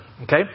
Okay